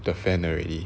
the fan already